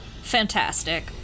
fantastic